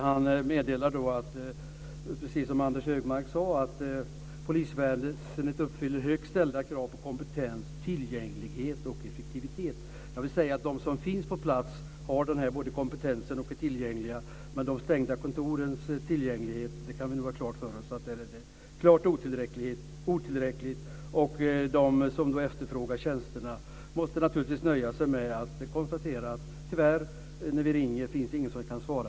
Han meddelar - precis som Anders G Högmark sade - att polisväsendet uppfyller högt ställda krav på kompetens, tillgänglighet och effektivitet. De poliser som finns på plats har kompetensen och tillgängligheten, men de stängda kontoren gör att tillgängligheten är klart otillräcklig. De som efterfrågar tjänsterna måste nöja sig med att konstatera: När vi ringer finns det tyvärr ingen som kan svara.